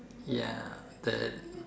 ya that